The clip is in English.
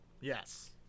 Yes